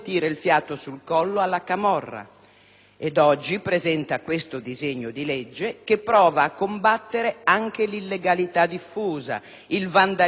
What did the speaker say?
e oggi presenta questo disegno di legge che prova a combattere anche l'illegalità diffusa, il vandalismo ed il degrado urbano.